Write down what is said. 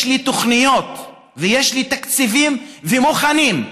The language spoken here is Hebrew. יש לי תוכניות ויש לי תקציבים, מוכנים,